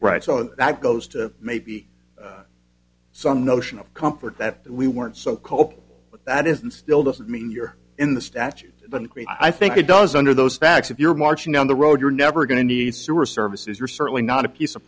right so that goes to maybe some notional comfort that we weren't so cope with that isn't still doesn't mean you're in the statute but increase i think it does under those facts if you're marching down the road you're never going to need sewer services or certainly not a piece of